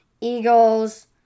Eagles